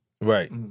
Right